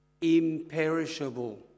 imperishable